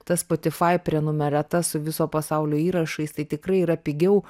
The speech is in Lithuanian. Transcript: ta spotify prenumerata su viso pasaulio įrašais tai tikrai yra pigiau